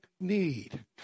need